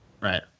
Right